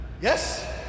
Yes